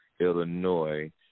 Illinois